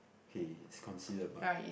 okay it's considered but